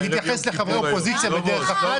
אתה מתייחס לחברי אופוזיציה בדרך אחת,